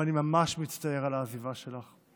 ואני ממש מצטער על העזיבה שלך.